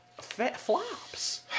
flops